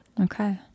okay